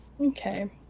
Okay